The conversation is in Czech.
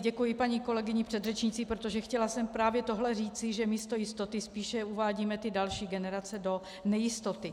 Děkuji i paní kolegyni předřečnici, protože jsem chtěla právě tohle říci, že místo jistoty spíše uvádíme ty další generace do nejistoty.